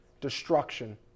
Destruction